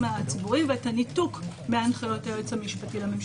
הציבוריים ואת הניתוק מהנחיות היועץ המשפטי לממשלה.